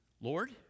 Lord